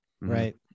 Right